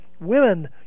Women